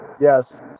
yes